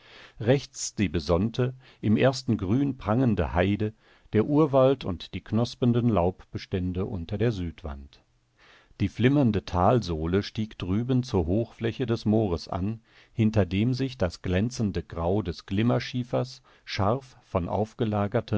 rechts die besonnte im ersten grün prangende heide der urwald und die knospenden laubbestände unter der südwand die flimmernde talsohle stieg drüben zur hochfläche des moores an hinter dem sich das glänzende grau des glimmerschiefers scharf von